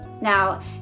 Now